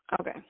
Okay